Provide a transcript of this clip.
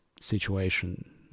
situation